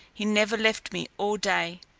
he never left me all day,